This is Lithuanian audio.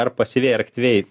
ar pasyviai ar aktyviai